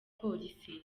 polisi